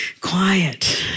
quiet